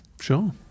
sure